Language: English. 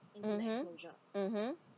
mmhmm mmhmm